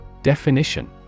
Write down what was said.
Definition